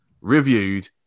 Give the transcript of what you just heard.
reviewed